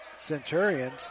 Centurions